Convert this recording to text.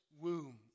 womb